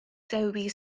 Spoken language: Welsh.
dewi